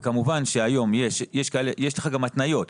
כמובן שיש לך גם התניות.